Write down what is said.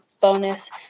bonus